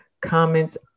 comments